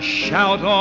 shout